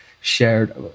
shared